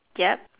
yup